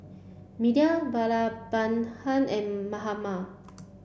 Medha Vallabhbhai and Mahatma